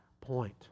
point